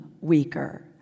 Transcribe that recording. weaker